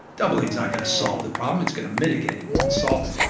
doubling is not going to solve the problem. it's going to mitigate it won't solve it.